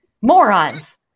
morons